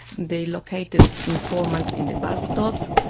they located informants in the bus stops,